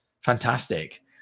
fantastic